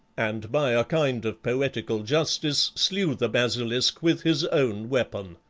and by a kind of poetical justice slew the basilisk with his own weapon.